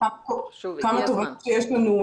כמה תובנות שיש לנו,